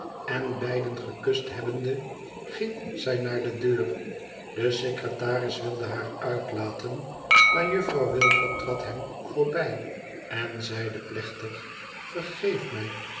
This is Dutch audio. en beiden gekast hebbende ging zij naar de deur de secretaris wilde haar uitlaten maar juffrouw wüfer trad hem voorbij en zeide plechtig verhef mijl